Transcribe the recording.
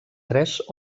tres